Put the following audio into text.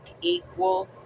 equal